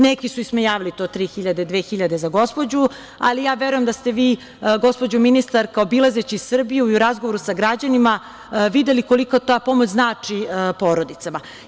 Neki su ismejavali to 3000, 2000 za gospođu, ali ja verujem da ste vi, gospođo ministarka, obilazeći Srbiju i u razgovoru sa građanima, videli koliko ta pomoć znači porodicama.